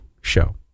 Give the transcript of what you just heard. show